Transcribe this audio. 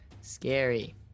scary